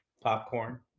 Popcorn